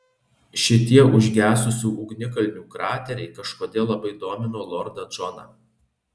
šitie užgesusių ugnikalnių krateriai kažkodėl labai domino lordą džoną